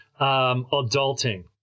adulting